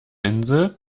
insel